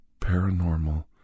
paranormal